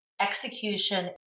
execution